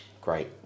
Great